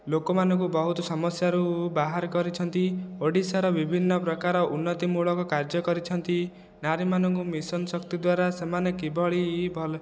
ଲୋକମାନଙ୍କୁ ବହୁତ ସମସ୍ୟାରୁ ବାହାର କରିଛନ୍ତି ଓଡ଼ିଶାର ବିଭିନ୍ନ ପ୍ରକାର ଉନ୍ନତିମୂଳକ କାର୍ଯ୍ୟ କରିଛନ୍ତି ନାରୀମାନଙ୍କୁ ମିଶନଶକ୍ତି ଦ୍ୱାରା ସେମାନେ କିଭଳି ଭଲ